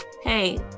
hey